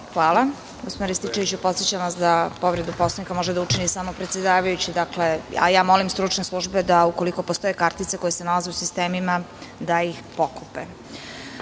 Hvala. Gospodine Rističeviću, podsećam vas da povredu Poslovnika može da učini samo predsedavajući. Molim stručne službe da, ukoliko postoje kartice koje se nalaze u sistemima, da ih